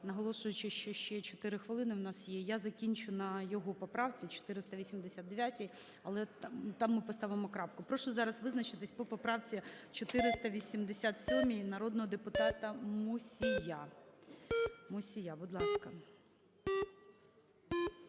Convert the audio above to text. наголошуючи, що ще 4 хвилини у нас є. Я закінчу на його поправці 489. Але там ми поставимо крапку. Прошу зараз визначитись по поправці 487, народного депутата Мусія. Будь ласка.